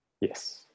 yes